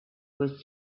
was